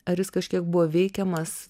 ar jis kažkiek buvo veikiamas